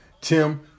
Tim